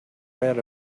read